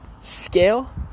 scale